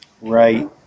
Right